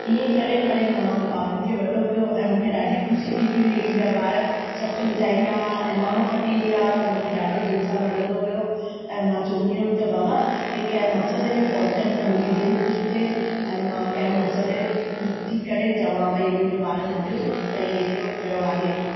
इएं करे करे मां ॿारनि खे वॾो कयो ऐं मूंखे ॾाढी ख़ुशी थींदी हुई मुंहिंजा ॿार सचु ॿुधाईंदा इनाम खटींदा त मूंखे ॾाढो दिलि सां वणंदो हुयो ऐं मां चवंदी हुअमि त बाबा हे कंहिं मक़सद ते पहुचनि त मुंहिंजी दिलि ख़ुशि थिए ऐं मां कंहिं मक़सद ते ख़ुशि थी करे चवां भई मुंहिंजा ॿारनि अॼु भई हेतिरो कयो आहे